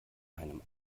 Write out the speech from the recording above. einem